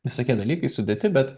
visokie dalykai sudėti bet